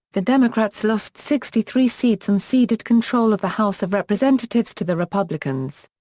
the democrats lost sixty three seats and ceded control of the house of representatives to the republicans.